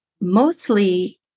mostly